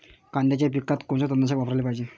कांद्याच्या पिकात कोनचं तननाशक वापराले पायजे?